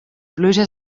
pluja